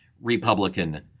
Republican